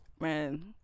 Man